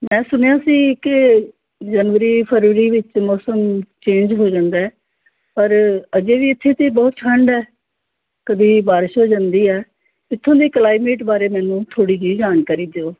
ਮੈਂ ਸੁਣਿਆ ਸੀ ਕਿ ਜਨਵਰੀ ਫਰਵਰੀ ਵਿੱਚ ਮੌਸਮ ਚੇਂਜ ਹੋ ਜਾਂਦਾ ਹੈ ਪਰ ਅਜੇ ਵੀ ਇੱਥੇ ਤਾਂ ਬਹੁਤ ਠੰਡ ਹੈ ਕਦੇ ਬਾਰਿਸ਼ ਹੋ ਜਾਂਦੀ ਹੈ ਇੱਥੋਂ ਦੀ ਕਲਾਈਮੇਟ ਬਾਰੇ ਮੈਨੂੰ ਥੋੜ੍ਹੀ ਜਿਹੀ ਜਾਣਕਾਰੀ ਦਿਓ